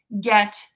get